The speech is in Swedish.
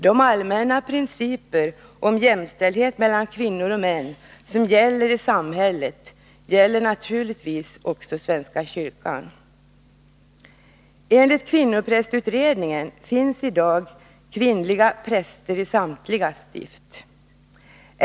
De allmänna principer om jämställdhet mellan kvinnor och män som gäller i samhället gäller naturligtvis också svenska kyrkan. Enligt kvinnoprästutredningen finns i dag kvinnliga präster i samtliga stift.